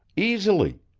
easily.